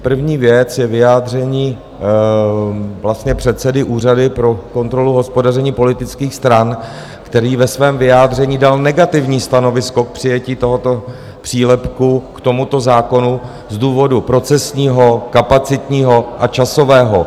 První věc je vyjádření vlastně předsedy Úřady pro kontrolu hospodaření politických stran, který ve svém vyjádření dal negativní stanovisko k přijetí tohoto přílepku k tomuto zákonu z důvodu procesního, kapacitního a časového.